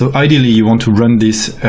ah ideally, you want to run this